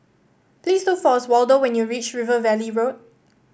please look for Oswaldo when you reach River Valley Road